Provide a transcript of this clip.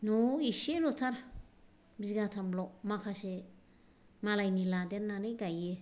न'आव इसेल'थार बिगाथामल' माखासे मालायनि लादेरनानै गायो